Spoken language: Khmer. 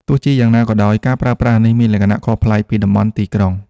ទោះជាយ៉ាងណាក៏ដោយ ការប្រើប្រាស់នេះមានលក្ខណៈខុសប្លែកពីតំបន់ទីក្រុង។